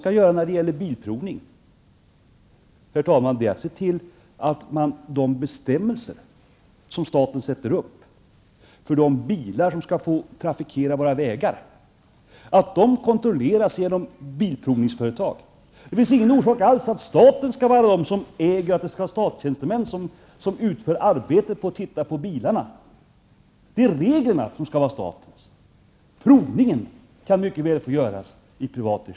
I fråga om bilprovning skall staten se till att de bestämmelser som staten har utfärdat för de bilar som trafikerar våra vägar kontrolleras genom bilprovningsföretag. Det finns ingen orsak till att staten skall stå som ägare och att det skall vara statstjänstemän som utför arbetet med att kontrollera bilar. Det är reglerna som skall vara statens. Kontrollen kan mycket väl utföras i privat regi.